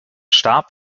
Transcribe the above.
starb